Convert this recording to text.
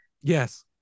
Yes